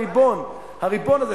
הריבון הזה,